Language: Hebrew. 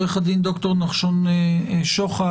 ד"ר נחשון שוחט,